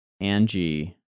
Angie